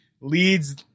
leads